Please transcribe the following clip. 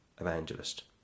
evangelist